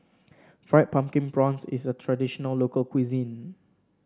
Fried Pumpkin Prawns is a traditional local cuisine